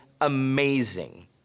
amazing